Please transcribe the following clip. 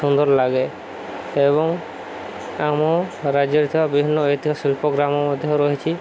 ସୁନ୍ଦର ଲାଗେ ଏବଂ ଆମ ରାଜ୍ୟରେ ଥିବା ବିଭିନ୍ନ ଐତିହ୍ୟ ଶିଳ୍ପ ଗ୍ରାମ ମଧ୍ୟ ରହିଛି